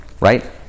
right